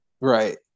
right